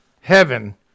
heaven